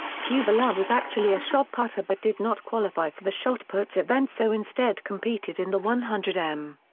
tuvalu was actually a shot putter but did not qualify for the shotput event so instead competed in the one hundred m.